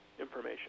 information